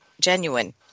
genuine